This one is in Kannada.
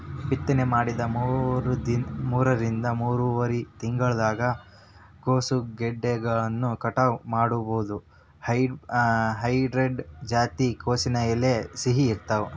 ಬಿತ್ತನೆ ಮಾಡಿದ ಮೂರರಿಂದ ಮೂರುವರರಿ ತಿಂಗಳದಾಗ ಕೋಸುಗೆಡ್ಡೆಗಳನ್ನ ಕಟಾವ ಮಾಡಬೋದು, ಡ್ರಂಹೆಡ್ ಜಾತಿಯ ಕೋಸಿನ ಎಲೆ ಸಿಹಿ ಇರ್ತಾವ